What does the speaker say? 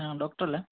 ഹ ഡോക്ടറല്ലേ